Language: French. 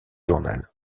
journal